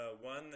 One